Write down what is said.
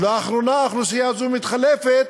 ולאחרונה האוכלוסייה הזו מתחלפת